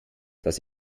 dass